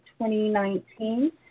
2019